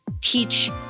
teach